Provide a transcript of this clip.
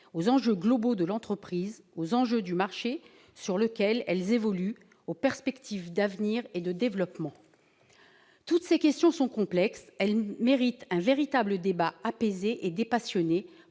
aux enjeux globaux de l'entreprise, aux enjeux du marché sur lequel elles évoluent, aux perspectives d'avenir et de développement. Toutes ces questions sont complexes. Elles méritent un véritable débat, apaisé et dépassionné